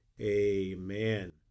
Amen